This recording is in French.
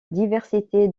diversité